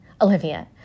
Olivia